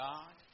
God